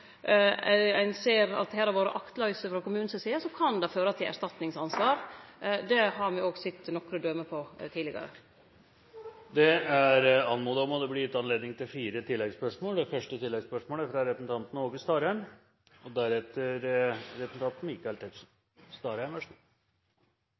ein ser at her har det vore aktløyse frå kommunen si side, kan det føre til erstatningsansvar. Det har me òg sett nokre døme på tidlegare. Det er anmodet om og blir gitt anledning til fire oppfølgingsspørsmål – først representanten Åge Starheim. Eg har ein følelse av frå svara frå ministeren at dei som no sit og er